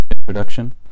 introduction